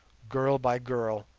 girl by girl,